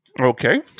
Okay